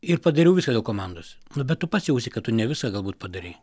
ir padariau viską dėl komandos nu bet tu pats jausi kad tu ne viską galbūt padarei